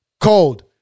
Cold